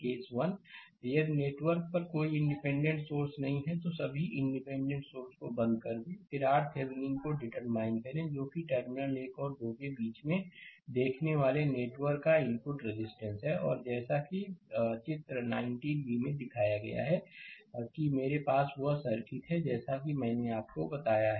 case 1 यदि network पर कोई डिपेंडेंट सोर्स नहीं है तो सभी इंडिपेंडेंट सोर्सेस को बंद कर दें फिर RTheveninको डिटरमाइन करें जो कि टर्मिनल 1 और 2 के बीच में देखने वाले नेटवर्क का इनपुट रेजिस्टेंस है और जैसा कि चित्र 19 b में दिखाया गया है कि मेरे पास वह सर्किट है जैसा कि मैंने आपको बताया है